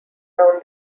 down